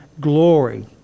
glory